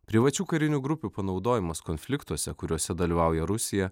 privačių karinių grupių panaudojimas konfliktuose kuriuose dalyvauja rusija